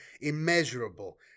immeasurable